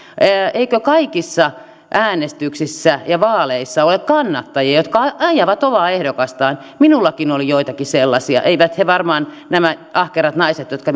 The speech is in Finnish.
eikö kaikissa äänestyksissä ja vaaleissa ole kannattajia jotka ajavat omaa ehdokastaan minullakin oli joitakin sellaisia eivät he varmaan nämä ahkerat naiset jotka